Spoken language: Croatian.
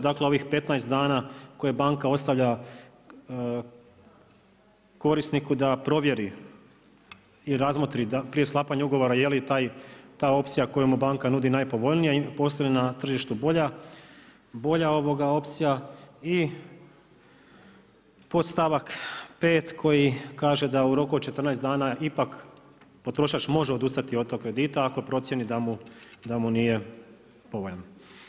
Dakle, ovih 15 dana koje banka ostavlja korisniku da provjeri i razmotri prije sklapanja ugovora je li ta opcija koju mu banka nudi najpovoljnija postoji na tržištu bolja opcija i podstavak 5. koji kaže da u roku od 14 dana ipak potrošač može odustati od tog kredita ako procijeni da mu nije povoljno.